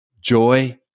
joy